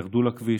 ירדו לכביש,